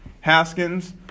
Haskins